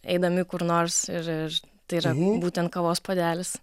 eidami kur nors ir ir tai yra būtent kavos puodelis